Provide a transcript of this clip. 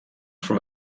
from